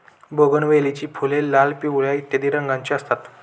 बोगनवेलीची फुले लाल, पिवळ्या इत्यादी रंगांची असतात